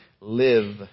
live